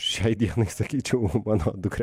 šiai dienai sakyčiau mano dukre